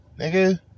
nigga